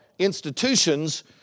Institutions